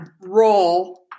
roll